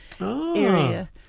area